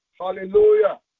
Hallelujah